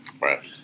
Right